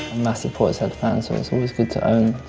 massive portishead fan, so it's always good to own